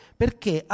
perché